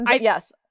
yes